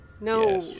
No